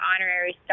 honorary